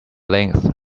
length